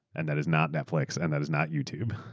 and that is not netflix and that is not youtube.